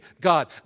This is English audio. God